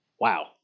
Wow